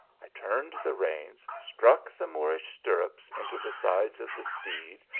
i turned the reins, struck the moorish stirrups into the sides of the steed,